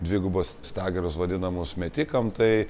dvigubus stagarus vadinamus metikam tai